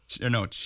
No